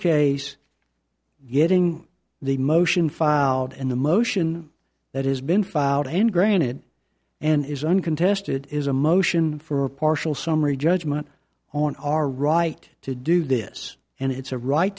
case getting the motion filed and the motion that has been filed and granted and is uncontested is a motion for partial summary judgment on our right to do this and it's a right